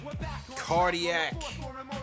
cardiac